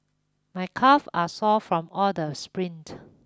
my calves are sore from all the sprints